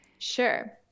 Sure